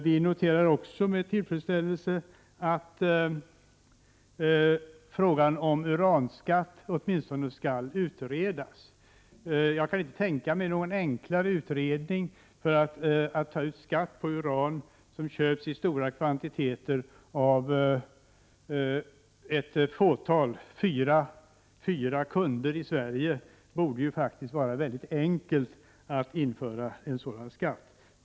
Vi noterar också med tillfredsställelse att frågan om uranskatt åtminstone skall utredas. Jag kan inte tänka mig något som är enklare att utreda än hur man skall ta ut skatt på uran, vilket köps i stora kvantiteter av ett fåtal. Det finns fyra kunder i Sverige, och det borde faktiskt vara mycket enkelt att införa en sådan skatt.